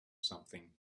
something